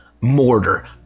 mortar